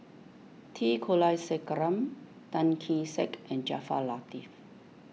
T Kulasekaram Tan Kee Sek and Jaafar Latiff